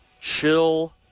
chill